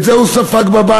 את זה הוא ספג בבית.